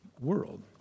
world